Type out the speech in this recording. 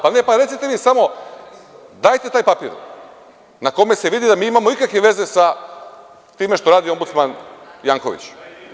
Pa, ne, recite mi samo, dajte taj papir na kome se vidi da imamo ikakve veze sa time šta radi Ombdusman Janković.